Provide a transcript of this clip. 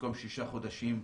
במקום שישה חודשים,